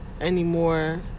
anymore